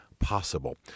possible